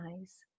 eyes